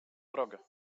drogę